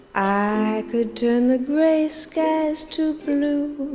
i could turn the gray skies to blue,